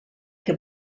que